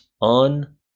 on